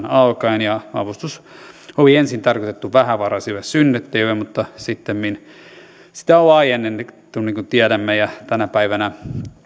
alkaen avustus oli ensin tarkoitettu vähävaraisille synnyttäjille mutta sittemmin sitä on laajennettu niin kuin tiedämme ja tänä päivänä